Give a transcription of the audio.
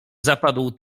zapadł